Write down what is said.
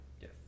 Yes